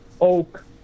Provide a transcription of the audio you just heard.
oak